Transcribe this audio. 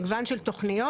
מגוון של תוכניות.